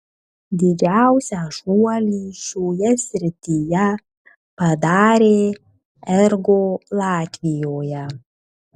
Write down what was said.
didžiausią šuolį šioje srityje padarė ergo latvijoje